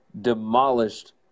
demolished